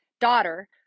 daughter